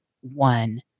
one